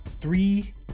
three-